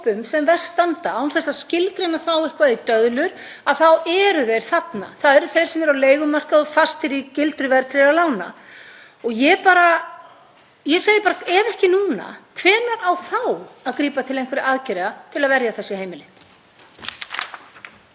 sem verst standa. Án þess að skilgreina þá eitthvað í döðlur þá eru þeir þarna. Það eru þeir sem eru á leigumarkaði og fastir í gildrum verðtryggðra lána. Ég segi bara: Ef ekki núna, hvenær á þá að grípa til einhverra aðgerða til að verja þessi heimili?